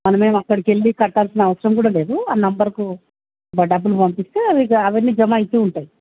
మనం ఏమి అక్కడికి వెళ్ళి కట్టాల్సిన అవసరం కూడా లేదు ఆ నెంబర్కు బా డబ్బులు పంపిస్తే అవి ఇక అవన్నీ జమా అవుతు ఉంటాయి